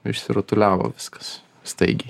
išsirutuliavo viskas staigiai